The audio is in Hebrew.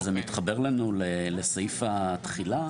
אבל זה מתחבר לנו לסעיף התחילה,